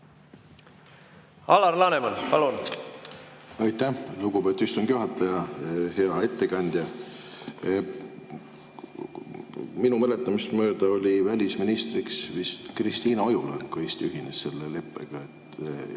Alar Laneman, palun! Aitäh, lugupeetud istungi juhataja! Hea ettekandja! Minu mäletamist mööda oli välisministriks vist Kristiina Ojuland, kui Eesti ühines selle leppega.